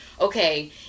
okay